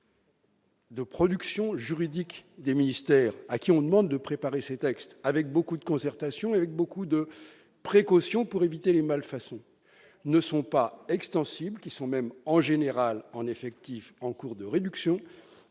De production juridiques des ministères, à qui on demande de préparer ses textes avec beaucoup de concertations avec beaucoup de précautions pour éviter les malfaçons ne sont pas extensibles qui sont même en général en effectifs, en cours de réduction